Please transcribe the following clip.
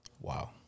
Wow